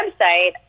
website